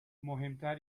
مهمتر